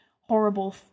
horrible